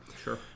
Sure